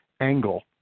angle